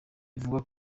bivugwa